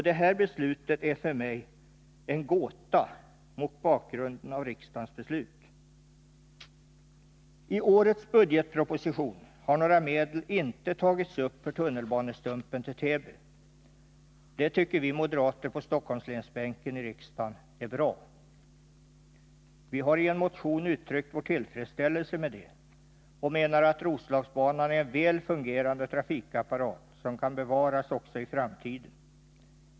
Detta beslut är för mig en gåta, mot bakgrund av riksdagens beslut. I årets budgetproposition har några medel inte tagits upp för tunnelbanestumpen till Täby. Det tycker vi moderater på Stockholmslänsbänken i riksdagen är bra. Vi har i en motion uttryckt vår tillfredsställelse med det och menar att Roslagsbanan är en väl fungerande trafikapparat, som kan bevaras också i framtiden.